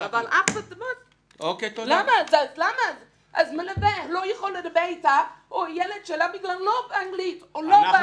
אבל למה המלווה לא יכול לדבר איתה או עם הילד שלה באנגלית או בערבית?